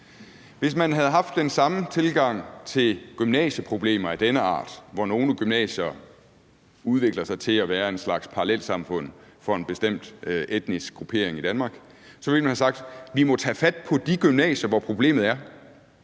Hvis man havde haft den samme tilgang til gymnasieproblemer af denne art, hvor nogle gymnasier udvikler sig til at være en slags parallelsamfund for en bestemt etnisk gruppering i Danmark, ville man have sagt, at man må tage fat på de gymnasier, hvor problemet er.